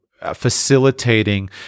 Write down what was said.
Facilitating